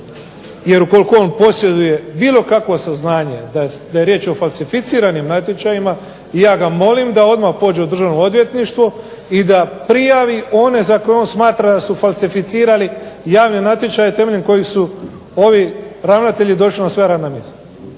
Jer ukoliko on posjeduje bilo kakvo saznanje da je riječ o falsificiranim natječajima ja ga molim da odmah pođe u Državno odvjetništvo i da prijavi one za koje on smatra da su falsificirali javne natječaje temeljem kojih su ovi ravnatelji došla na svoja radna mjesta.